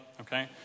Okay